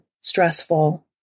stressful